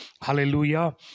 Hallelujah